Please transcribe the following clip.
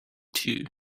too